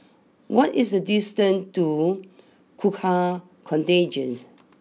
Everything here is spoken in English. what is the distance to Gurkha Contingent